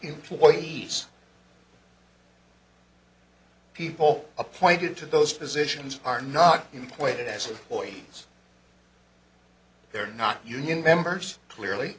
employees people appointed to those positions are not employed as a boy they are not union members clearly